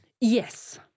Yes